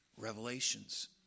revelations